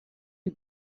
you